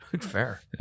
Fair